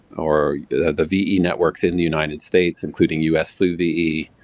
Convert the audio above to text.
or the ve networks in the united states including us flu ve,